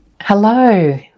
Hello